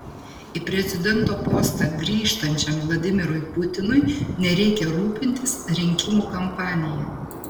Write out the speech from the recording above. į prezidento postą grįžtančiam vladimirui putinui nereikia rūpintis rinkimų kampanija